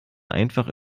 einfach